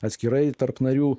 atskirai tarp narių